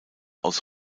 aus